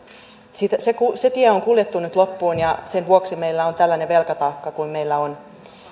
se se tie on kuljettu nyt loppuun ja sen vuoksi meillä on tällainen velkataakka kuin meillä on